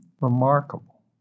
Remarkable